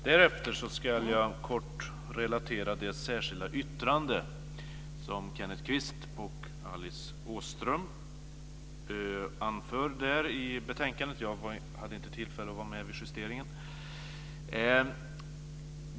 Däremot ska jag kort relatera det särskilda yttrande som Kenneth Kvist och Alice Åström fogat till betänkandet. Jag hade inte tillfälle att vara med vid justeringen.